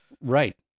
Right